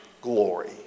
glory